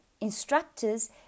instructors